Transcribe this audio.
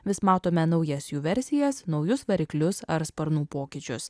vis matome naujas jų versijas naujus variklius ar sparnų pokyčius